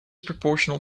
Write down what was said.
proportional